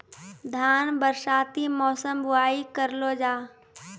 धान बरसाती मौसम बुवाई करलो जा?